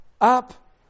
up